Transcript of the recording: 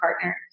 partner